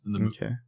Okay